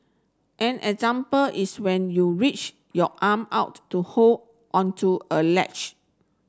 an example is when you reach your arm out to hold onto a ledge